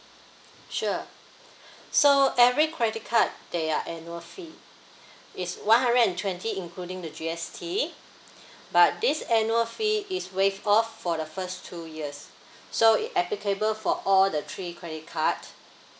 sure so every credit card there are annual fee is one hundred and twenty including the G_S_T but this annual fee is waived off for the first two years so it applicable for all the three credit card